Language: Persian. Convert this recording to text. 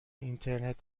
اینترنت